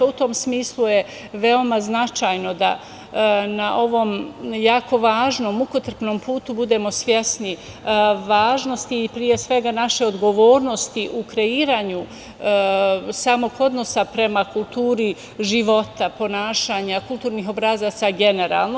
U tom smislu je veoma značajno da na ovom jako važnom, mukotrpnom putu budemo svesni važnosti i pre svega naše odgovornosti u kreiranju samog odnosa prema kulturi života, ponašanja, kulturnih obrazaca generalno.